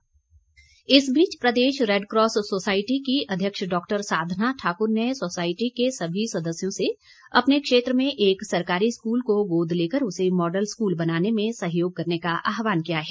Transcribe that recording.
model school इस बीच प्रदेश रैडक्रॉस सोसायटी की अध्यक्ष डॉक्टर साधना ठाकुर ने सोसायटी के सभी सदस्यों से अपने क्षेत्र में एक सरकारी स्कूल को गोद लेकर उसे मॉडल स्कूल बनाने में सहयोग करने का आहवान किया है